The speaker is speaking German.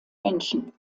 menschen